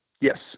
Yes